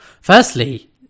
firstly